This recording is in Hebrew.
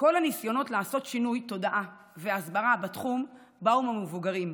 כל הניסיונות לעשות שינוי תודעה והסברה בתחום באו ממבוגרים,